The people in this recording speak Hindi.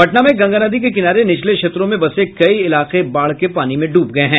पटना में गंगा नदी के किनारे निचले क्षेत्रों में बसे कई इलाके बाढ़ के पानी में ड्रब गये हैं